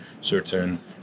certain